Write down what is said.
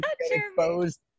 exposed